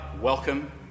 Welcome